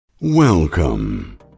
Welcome